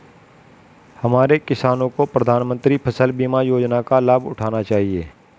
हमारे किसानों को प्रधानमंत्री फसल बीमा योजना का लाभ उठाना चाहिए